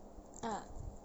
uh